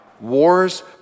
wars